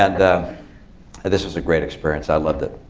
and this was a great experience. i loved it.